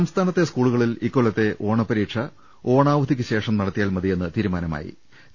സംസ്ഥാനത്തെ സ്കൂളുകളിൽ ഇക്കൊല്ലത്തെ ഓണ പ്പരീക്ഷ ഓണാവധിക്കുശേഷം നടത്തിയാൽ മതിയെന്ന് തീരുമാനമായി